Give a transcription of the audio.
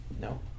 no